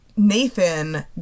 Nathan